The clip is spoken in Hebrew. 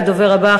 הדובר הבא,